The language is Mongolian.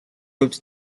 хувьд